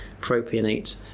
propionate